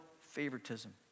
favoritism